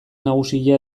nagusia